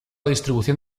distribución